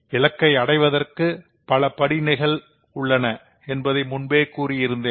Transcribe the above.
இலக்கை அடைவதற்கு பல படிநிலைகள் உள்ளன என்பதை முன்பே கூறியிருந்தேன்